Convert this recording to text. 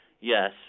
Yes